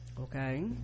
okay